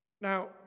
Now